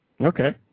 Okay